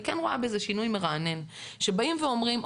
אני כן רואה בזה שינוי מרענן שבאים ואומרים,